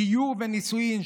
גיור ונישואין,